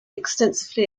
extensively